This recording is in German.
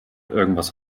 irgendetwas